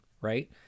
right